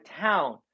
town